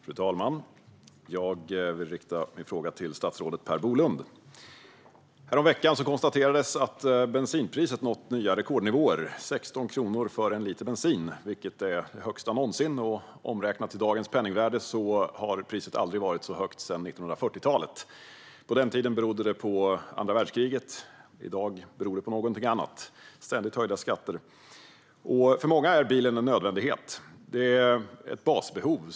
Fru talman! Jag vill rikta min fråga till statsrådet Per Bolund. Häromveckan konstaterades att bensinpriset nått nya rekordnivåer - 16 kronor för en liter bensin, vilket är det högsta priset någonsin. Omräknat till dagens penningvärde har priset aldrig varit så högt sedan 1940-talet. På den tiden berodde det på andra världskriget. I dag beror det på någonting annat - ständigt höjda skatter. För många är bilen en nödvändighet. Det är ett basbehov.